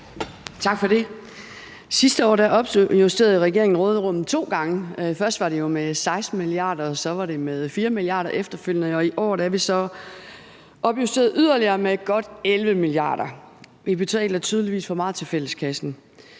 Tak for det. Sidste år opjusterede regeringen råderummet to gange; først var det jo med 16 mia. kr., og så var det efterfølgende med 4 mia. kr. I år er det så blevet opjusteret yderligere med godt 11 mia. kr. Vi betaler tydeligvis for meget til fælleskassen.